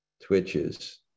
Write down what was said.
twitches